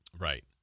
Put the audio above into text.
Right